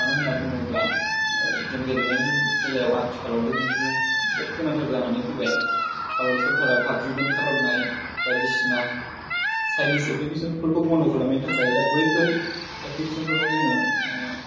मानो होनना बुङोब्ला गेम गेलेनायनि बेलायाव आथिखालाव बे मोननै जोबोद गोनांथार जानानै फैबाय भारत सरकारा पाबजि बेन खालामनाय बायदिसिना साइनिस एप्लिकेसनफोरखौ बन्द' खालामनायनि थाखाय दा बैफोर एप्लिकिसनफोरखौ जोङो माने